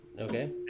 Okay